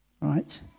Right